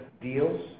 deals